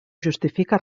justifica